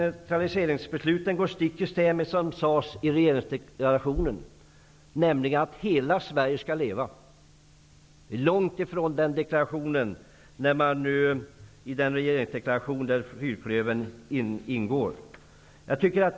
Centraliseringsbesluten går stick i stäv mot det som sades i regeringsdeklarationen, nämligen att hela Sverige skall leva. Detta ligger långt från det som sades i regeringsdeklarationen från den regering där fyrklövern ingår.